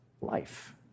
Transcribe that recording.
life